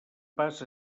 pas